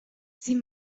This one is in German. sie